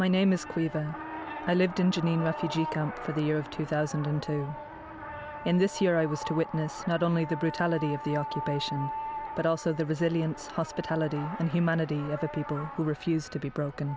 my name is cleaver i lived in janine refugee camp for the year of two thousand and two and this year i was to witness not only the brutality of the occupation but also the resilience hospitality and humanity of the people who refused to be broken